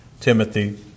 Timothy